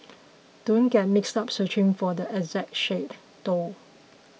don't get mixed up searching for the exact shade though